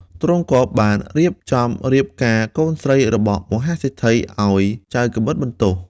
ទ្រង់ក៏បានរៀបចំរៀបការកូនស្រីរបស់មហាសេដ្ឋីឱ្យចៅកាំបិតបន្ទោះ។